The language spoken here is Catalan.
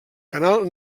canal